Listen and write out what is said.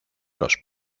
los